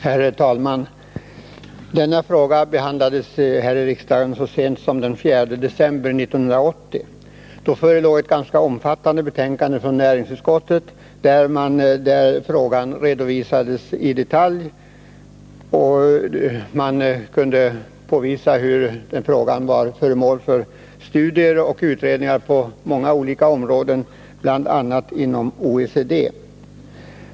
Herr talman! Denna fråga behandlades här i riksdagen så sent som den 4 december 1980. Då förelåg ett ganska omfattande betänkande från näringsutskottet vari frågan redovisades i detalj. Man kunde påvisa att frågan varit föremål för studier och utredningar på många olika områden, bl.a. inom OECD.